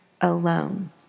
alone